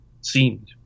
seemed